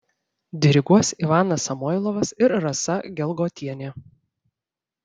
diriguos ivanas samoilovas ir rasa gelgotienė